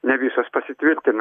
ne visos pasitvirtina